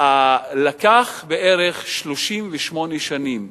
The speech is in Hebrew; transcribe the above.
לקח בערך 38 שנים,